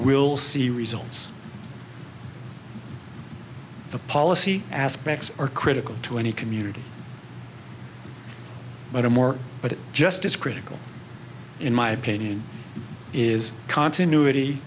will see results the policy aspects are critical to any community but are more but just as critical in my opinion is continuity